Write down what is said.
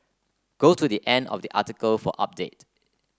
go to the end of the article for update